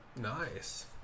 Nice